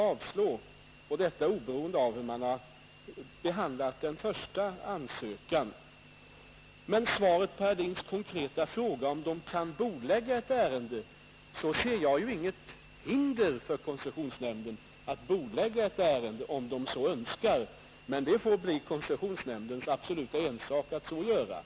järnvägs SE eller avslå, oberoende av hur man har behandlat den första trafiken på linjerna ÄRSOSAN? Mora Brunflo Mitt svar på herr Hedins konkreta fråga, om koncessionsnämnden kan bordlägga ett ärende, är att jag inte ser något hinder för nämnden att bordlägga ett ärende om den så önskar. Men det får bli koncessionsnämndens absoluta ensak att göra det.